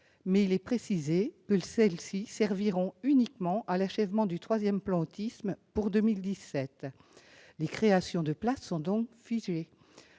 mais il est précisé qu'elles serviront uniquement à l'achèvement du troisième plan Autisme, prévu pour 2017. Les créations de places sont donc figées.